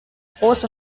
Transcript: groß